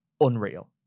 unreal